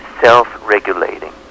self-regulating